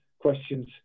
questions